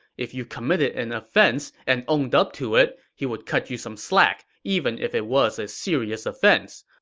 if you committed an offense and owned up to it, he would cut you some slack even if it was a serious offense.